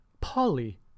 Polly